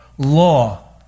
Law